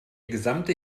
gesamte